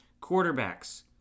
quarterbacks